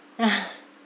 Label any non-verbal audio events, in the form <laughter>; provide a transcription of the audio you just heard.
<laughs>